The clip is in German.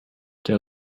der